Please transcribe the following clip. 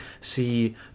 see